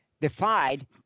defied